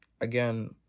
Again